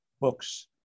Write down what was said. books